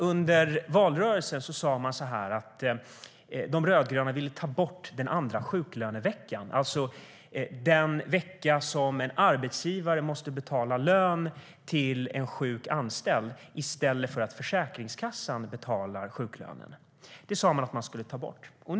Under valrörelsen sa de rödgröna att man ville ta bort den andra sjuklöneveckan, då en arbetsgivare måste betala lön till en sjuk anställd i stället för att Försäkringskassan betalar sjuklönen.